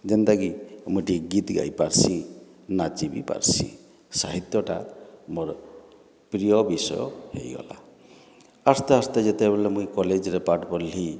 ଯେଉଁଟାକି ମୁଁ ଟିକିଏ ଗୀତ ଗାଇ ପାର୍ସି ନାଚି ବି ପାର୍ସି ସାହିତ୍ୟଟା ମୋର ପ୍ରିୟ ବିଷୟ ହୋଇଗଲା ଆସ୍ତେ ଆସ୍ତେ ଯେତେବେଳେ ମୁଁ କଲେଜରେ ପାଠ ପଢ଼ିଲି